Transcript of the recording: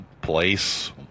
place